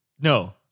No